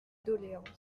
doléances